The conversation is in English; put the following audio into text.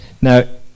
now